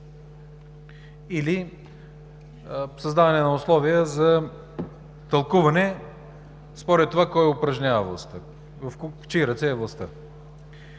или създаване на условия за тълкуване, според това кой упражнява властта, в чии ръце е властта.